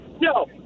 no